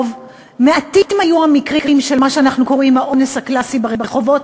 מעטים היו המקרים של מה שאנחנו קוראים "האונס הקלאסי" ברחובות,